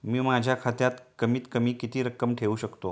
मी माझ्या खात्यात कमीत कमी किती रक्कम ठेऊ शकतो?